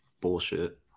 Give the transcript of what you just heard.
bullshit